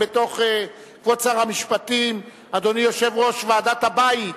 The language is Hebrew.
כבוד שר המשפטים, אדוני יושב-ראש ועדת הבית,